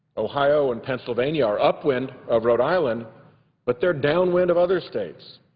ohio and pennsylvania are upwind of rhode island but they're downwind of other states.